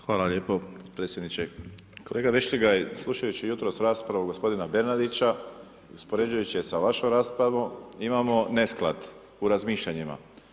Hvala lijepo predsjedniče, kolega Vešligaj slušajući jutros raspravu gospodina Bernardića, uspoređujući je sa vašom raspravom imamo nesklad u razmišljanjima.